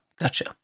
gotcha